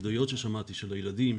מעדויות ששמעתי של הילדים,